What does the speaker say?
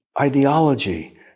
ideology